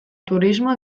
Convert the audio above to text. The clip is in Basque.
turismo